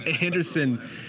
Anderson